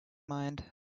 mind